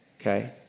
okay